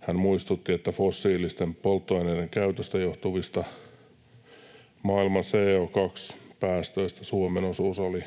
Hän muistutti, että fossiilisten polttoaineiden käytöstä johtuvista maailman CO2-päästöistä Suomen osuus oli 0,14